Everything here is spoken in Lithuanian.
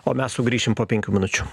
o mes sugrįšim po penkių minučių